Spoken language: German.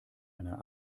einer